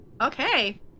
Okay